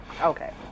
Okay